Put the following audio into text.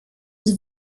was